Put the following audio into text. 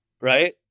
right